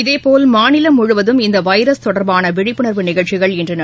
இதேபோல் மாநிலம் முழுவதும் இந்த வைரஸ் தொடர்பான விழிப்புணர்வு நிகழ்ச்சிகள் இன்று நடைபெற்றன